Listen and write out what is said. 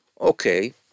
okay